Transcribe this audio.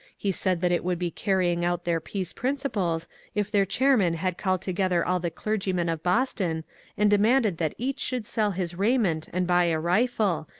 he said that it would be carrying out their peace principles if their chairman had called together all the clergymen of boston and demanded that each should sell his raiment and buy a rifle,